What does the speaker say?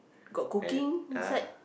got cooking inside